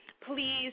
Please